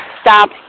stop